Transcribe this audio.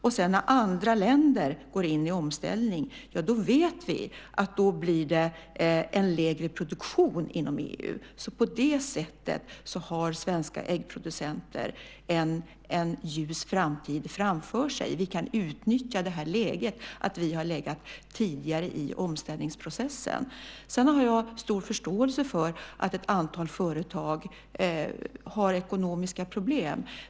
När sedan andra länder går in i omställning vet vi att det blir en lägre produktion inom EU. På det sättet har svenska äggproducenter en ljus framtid. Vi kan utnyttja läget att vi har legat tidigare i omställningsprocessen. Sedan har jag stor förståelse för att ett antal företag har ekonomiska problem.